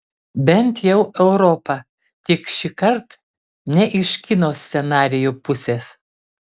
bent jau europa tik šįkart ne iš kino scenarijų pusės